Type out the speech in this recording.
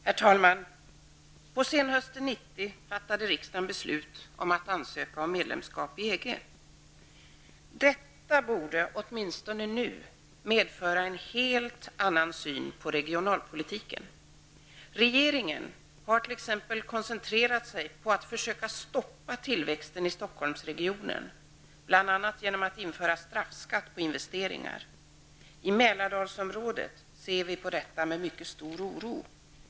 Herr talman! På senhösten 1990 fattade riksdagen beslut om att ansöka om medlemskap i EG. Detta borde åtminstone nu medföra en helt annan syn på regionalpolitiken. Regeringen har t.ex. koncentrerat sig på att försöka stoppa tillväxten i Stockholmsregionen, bl.a. genom att införa straffskatt på investeringar. I Mälardalsområdet ser vi på detta med mycket stor oro.